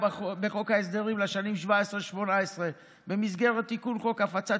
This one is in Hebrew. בחוק ההסדרים לשנים 2017 ו-2018 במסגרת תיקון חוק הפצת